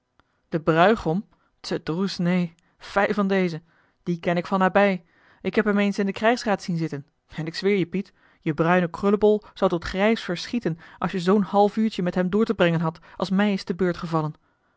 bruigom te droes neen fij van dezen dien ken ik van nabij ik heb hem eens in den krijgsraad zien zitten en ik zweer je piet je bruine krullebol zou tot grijs verschieten als je zoo'n half uurtje met hem door te brengen hadt als mij is te beurt gevallen